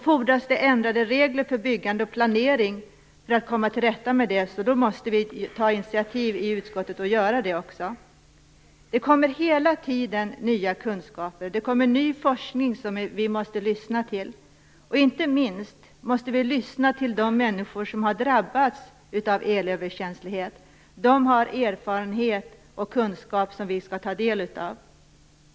Fordras det ändrade regler för byggande och planering för att komma till rätta med det måste vi ta initiativ i utskottet och göra det också. Det kommer hela tiden nya kunskaper. Det kommer ny forskning som vi måste lyssna till. Inte minst måste vi lyssna till de människor som har drabbats av elöverkänslighet. De har erfarenhet och kunskap som vi skall ta del av.